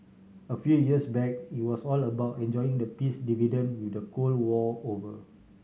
a few years back it was all about enjoying the peace dividend with the Cold War over